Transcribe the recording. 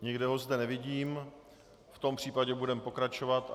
Nikde ho zde nevidím, v tom případě budeme pokračovat.